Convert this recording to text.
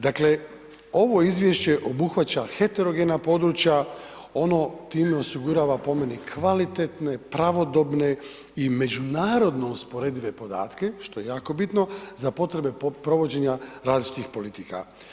Dakle, ovo Izvješće obuhvaća heterogena područja, ono time osigurava po meni kvalitetne, pravodobne i međunarodno usporedive podatke, što je jako bitno, za potrebe provođenja različitih politika.